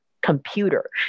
computer